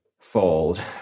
fold